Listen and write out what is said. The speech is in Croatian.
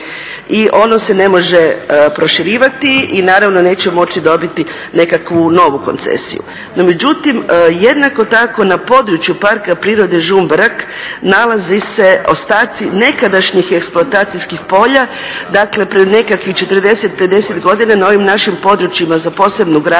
i ono se ne može proširivati i naravno neće moći dobiti nekakvu novu koncesiju. No međutim, jednako tako na području Parka prirode Žumberak, nalazi se ostaci nekadašnjih eksploatacijskih polja, dakle pred nekakvih 40, 50 godina na ovim našim područjima za potrebe gradnje